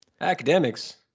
Academics